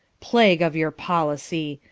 plague of your policie,